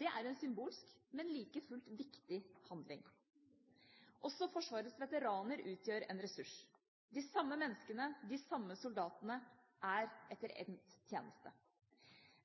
Det er en symbolsk, men like fullt viktig handling. Også Forsvarets veteraner utgjør en ressurs – de er de samme menneskene, de samme soldatene etter endt tjeneste.